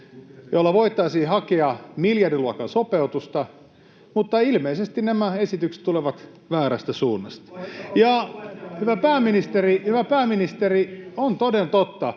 joilla voitaisiin hakea miljardiluokan sopeutusta, mutta ilmeisesti nämä esitykset tulevat väärästä suunnasta. [Ben Zyskowicz: Voitteko